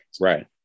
Right